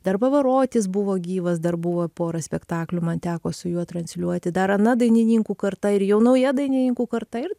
dar pavarotis buvo gyvas dar buvo pora spektaklių man teko su juo transliuoti dar ana dainininkų karta ir jau nauja dainininkų karta ir